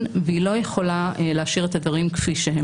והיא לא יכולה להשאיר את הדברים כפי שהם.